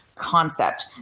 concept